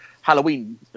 Halloween